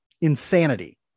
insanity